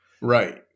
right